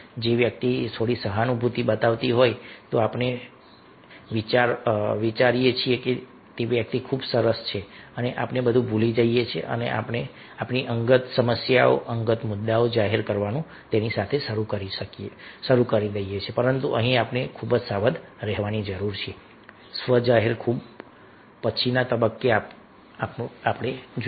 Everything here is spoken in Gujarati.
જો વ્યક્તિ થોડી સહાનુભૂતિ બતાવતી હોય તો આપણે વિચારીએ છીએ કે વ્યક્તિ ખૂબ જ સરસ છે અને આપણે બધું ભૂલી જઈએ છીએ અને પછી આપણી અંગત સમસ્યાઓ અંગત મુદ્દાઓ જાહેર કરવાનું શરૂ કરીએ છીએ પરંતુ અહીં આપણે ખૂબ જ સાવધ રહેવાની જરૂર છે સ્વ જાહેર ખૂબ પછીના તબક્કે આવવું જોઈએ